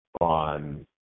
on –